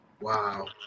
Wow